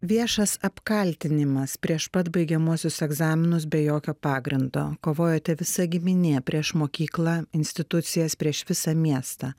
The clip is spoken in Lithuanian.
viešas apkaltinimas prieš pat baigiamuosius egzaminus be jokio pagrindo kovojote visa giminė prieš mokyklą institucijas prieš visą miestą